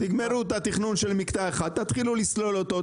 תגמרו את התכנון של מקטע אחד, תתחילו לסלול אותו.